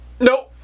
Nope